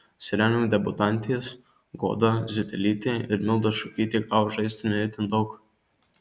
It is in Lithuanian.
sirenų debiutantės goda ziutelytė ir milda šukytė gavo žaisti ne itin daug